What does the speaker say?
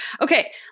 okay